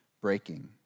breaking